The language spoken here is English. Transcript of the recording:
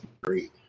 Great